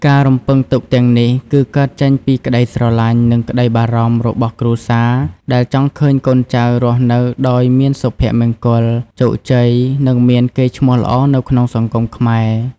ការរំពឹងទុកទាំងនេះគឺកើតចេញពី ក្តីស្រឡាញ់ និងក្តីបារម្ភ របស់គ្រួសារ ដែលចង់ឃើញកូនចៅរស់នៅដោយមានសុភមង្គល ជោគជ័យ និងមានកេរ្តិ៍ឈ្មោះល្អនៅក្នុងសង្គមខ្មែរ។